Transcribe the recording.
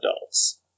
adults